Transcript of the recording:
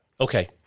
Okay